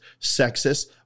sexist